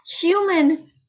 human